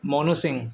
Monu Singh